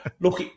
Look